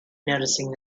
noticing